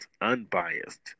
unbiased